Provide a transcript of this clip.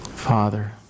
Father